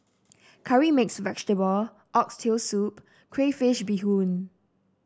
Curry Mixed Vegetable Oxtail Soup Crayfish Beehoon